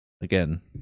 Again